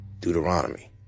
Deuteronomy